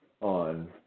on